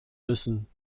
müssen